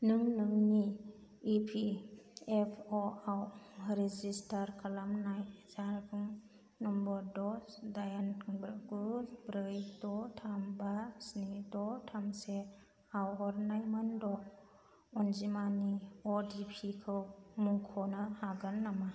नों नोंनि E P F अ' आव रेजिस्टार खालामनाय जानबुं नम्बर द' दाइन गु ब्रै द' थाम बा स्नि द' थाम सेआव हरनाय मोन द' अनजिमानि अटिपिखौ मुंख'नो हागोन नामा